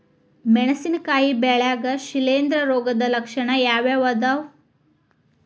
ಮೆಣಸಿನಕಾಯಿ ಬೆಳ್ಯಾಗ್ ಶಿಲೇಂಧ್ರ ರೋಗದ ಲಕ್ಷಣ ಯಾವ್ಯಾವ್ ಅದಾವ್?